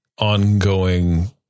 ongoing